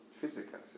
physical